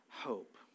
hope